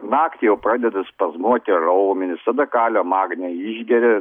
naktį jau pradeda spazmuoti raumenis tada kalio magnio išgeri